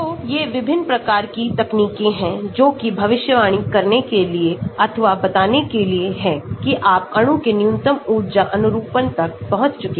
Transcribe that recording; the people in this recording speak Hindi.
तो ये विभिन्न प्रकार की तकनीकें हैं जोकि भविष्यवाणी करनेके लिए अथवा बताने के लिएहै कि आप अणु के न्यूनतम ऊर्जा अनुरूपणतक पहुँच चुके हैं